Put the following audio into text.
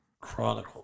Chronicles